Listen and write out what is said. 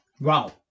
Wow